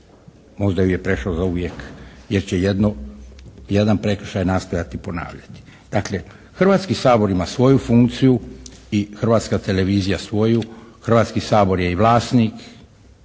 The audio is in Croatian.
možda ju je prešao zauvijek jer će jedan prekršaj nastojati ponavljati. Dakle, Hrvatski sabor ima svoju funkciju i Hrvatska televizija svoju. Hrvatski sabor je i vlasnik